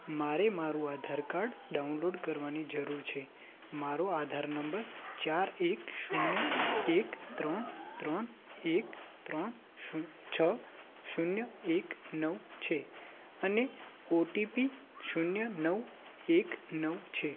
મારે મારું આધારકાર્ડ ડાઉનલોડ કરવાની જરુર છે મારો આધાર નંબર ચાર એક શૂન્ય એક ત્રણ ત્રણ એક ત્રણ છ શૂન્ય એક નવ છે અને ઓટીપી શૂન્ય નવ એક નવ છે